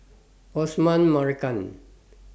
Osman Merican